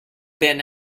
been